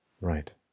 Right